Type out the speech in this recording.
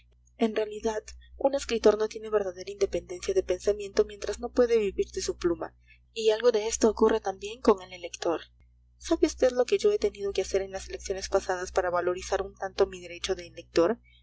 en realidad un escritor no tiene verdadera independencia de pensamiento mientras no puede vivir de su pluma y algo de esto ocurre también con el elector sabe usted lo que yo he tenido que hacer en las elecciones pasadas para valorizar un tanto mi derecho de elector